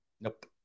Nope